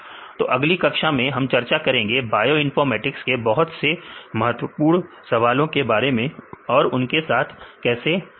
तो अगली कक्षा में हम चर्चा करेंगे बायइनफॉर्मेटिक्स के और बहुत से महत्वपूर्ण सवालों के बारे में और उनके साथ कैसे निपटें